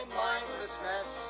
mindlessness